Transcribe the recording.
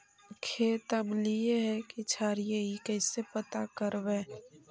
खेत अमलिए है कि क्षारिए इ कैसे पता करबै?